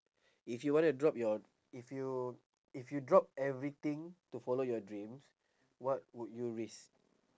if you wanna drop your if you if you drop everything to follow your dreams what would you risk